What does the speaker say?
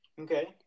Okay